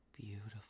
beautiful